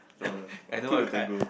I know what